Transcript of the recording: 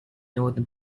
northern